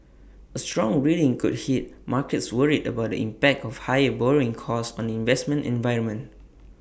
A strong reading could hit markets worried about the impact of higher borrowing costs on the investment environment